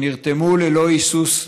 שנרתמו ללא היסוס.